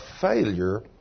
failure